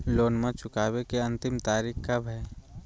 लोनमा चुकबे के अंतिम तारीख कब हय?